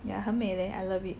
ya 很美 leh I love it